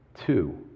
Two